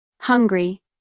Hungry